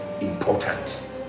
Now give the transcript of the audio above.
important